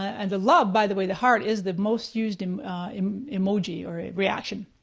and the love, by the way, the heart, is the most used um um emoji or reaction.